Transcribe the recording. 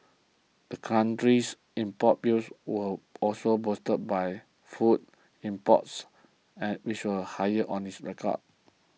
the country's import bill was also boosted by food imports which were the highest on record